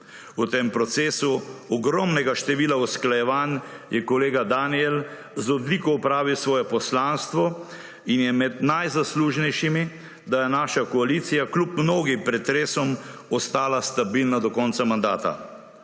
V tem procesu ogromnega števila usklajevanj je kolega Danijel z odliko opravil svoje poslanstvo in je med najzaslužnejšimi, da je naša koalicija kljub mnogim pretresom ostala stabilna do konca mandata.